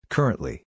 Currently